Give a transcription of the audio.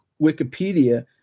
Wikipedia